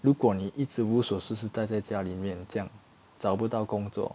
如果你一直无所事事待在家里面这样找不到工作